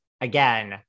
again